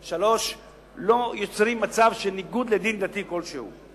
3. לא יוצרים מצב של ניגוד לדין דתי כלשהו.